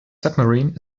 submarine